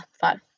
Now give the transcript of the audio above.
five